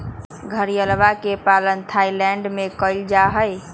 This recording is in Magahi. घड़ियलवा के पालन थाईलैंड में कइल जाहई